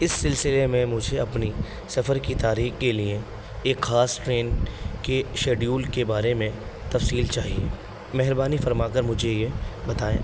اس سلسلے میں مجھے اپنی سفر کی تاریخ کے لیے ایک خاص ٹرین کے شیڈیول کے بارے میں تفصیل چاہیے مہربانی فرما کر مجھے یہ بتائیں